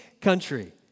country